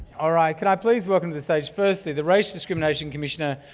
all right, can i please welcome to the stage, firstly the race discrimination commissioner,